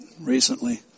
recently